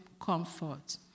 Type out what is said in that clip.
comfort